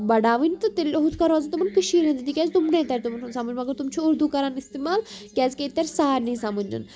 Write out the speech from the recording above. بَڑاوٕنۍ تہٕ تیٚلہِ ہُتھ کَنۍ روزن تِمَن کٔشیٖرِ ہِنٛدی کیٛازِ تِمنٕے تَرِ تِمَن ہںٛد سَمٕجھ مگر تِم چھُ اُردو کَران استعمال کیٛازِکہِ یتہِ تَرِ سارنی سمٕجھ